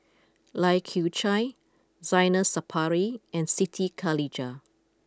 Lai Kew Chai Zainal Sapari and Siti Khalijah